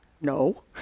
no